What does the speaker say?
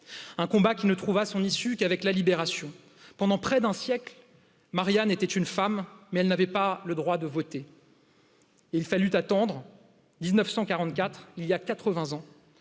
un combat qui ne trouva son issue qu'avec la libération pendant près d'un siècle marianne était une femme mais pas le droit de voter il fallut attendre mille neuf cent